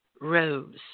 Rose